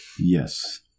Yes